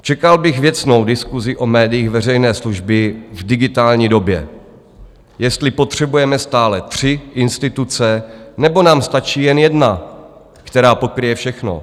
Čekal bych věcnou diskusi o médiích veřejné služby v digitální době, jestli potřebujeme stále tři instituce, nebo nám stačí jen jedna, která pokryje všechno.